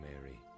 Mary